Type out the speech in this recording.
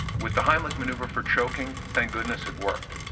with the heimlich manoeuvre for choking thank goodness it worked,